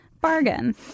Bargain